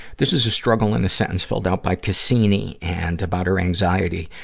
this is a struggle in a sentence filled out by cassini, and about her anxiety,